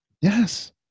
Yes